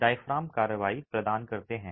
diaphragm कार्रवाई प्रदान करते हैं